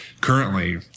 Currently